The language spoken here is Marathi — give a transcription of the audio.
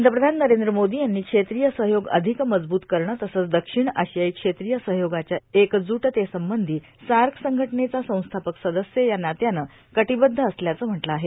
पंतप्रधान नरेंद्र मोदी यांनी क्षेत्रीय सहयोग अधिक मजबूत करणं तसंच दक्षिण आशियाई क्षेत्रीय सहयोगाच्या एकज्रुटतेसंबंधी सार्क संघटनेचा संस्थापक संदस्य या नात्यानं कटीबद्ध असल्याचं म्हटलं आहे